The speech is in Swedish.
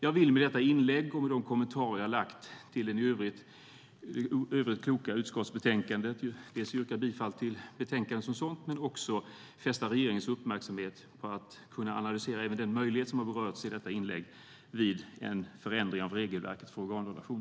Jag vill med detta inlägg och de kommentarer jag har fogat till ett i övrigt klokt utskottsbetänkande yrka bifall till förslaget i betänkandet och fästa regeringens uppmärksamhet på att analysera den möjlighet som har berörts i detta inlägg vid en förändring av regelverket för organdonation.